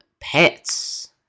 pets